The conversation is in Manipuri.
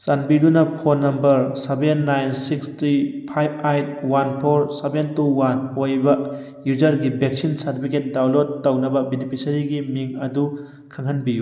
ꯆꯥꯟꯕꯤꯗꯨꯅ phone number seven nine six three five eight one four seven two one ꯑꯣꯏꯕ ꯌꯨꯖꯔꯒꯤ ꯚꯦꯛꯁꯤꯟ ꯁꯥꯔꯇꯤꯐꯤꯀꯦꯠ ꯗꯥꯎꯟꯂꯣꯠ ꯇꯧꯅꯕ ꯕꯦꯅꯤꯐꯤꯁꯔꯤꯒꯤ ꯃꯤꯡ ꯑꯗꯨ ꯈꯪꯍꯟꯕꯤꯌꯨ